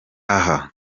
aha